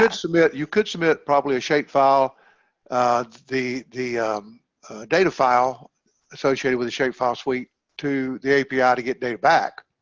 um submit you could submit probably a shapefile the the data file associated with the shapefile suite to the api ah to get data back